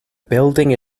building